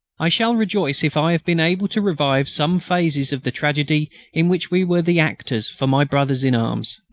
i shall rejoice if i have been able to revive some phases of the tragedy in which we were the actors for my brothers-in-arms.